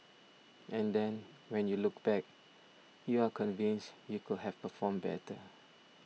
and then when you look back you are convinced you could have performed better